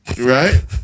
right